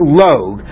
log